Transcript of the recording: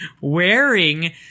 wearing